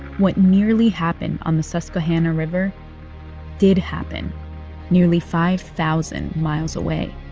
what nearly happened on the susquehanna river did happen nearly five thousand miles away